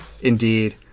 Indeed